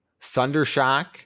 Thundershock